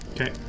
Okay